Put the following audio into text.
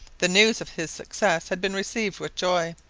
the news of his success had been received with joy.